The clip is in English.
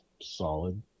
solid